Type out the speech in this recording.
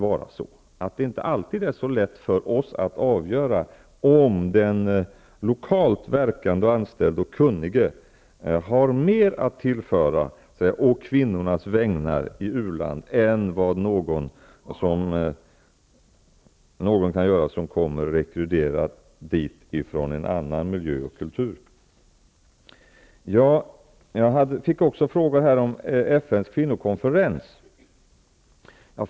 Det är nog inte alltid så lätt för oss att avgöra om den lokalt verkande anställda och kunniga har mer att tillföra å kvinnornas vägnar i u-land än vad någon kan göra som kommer rekryterad dit ifrån en annan miljö och kultur. Jag fick också en fråga här om FN:s kvinnokonfererns.